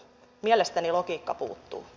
mielestäni logiikka puuttuu